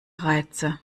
reize